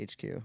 HQ